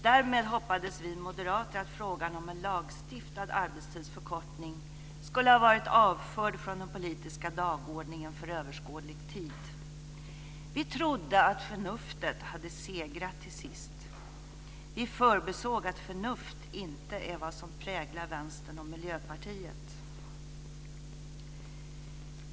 Därmed hoppades vi moderater att frågan om en lagstiftad arbetstidsförkortning skulle ha varit avförd från den politiska dagordningen för överskådlig tid. Vi trodde att förnuftet hade segrat till sist. Vi förbisåg att förnuft inte är vad som präglar Vänstern och Miljöpartiet.